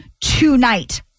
tonight